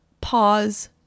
Pause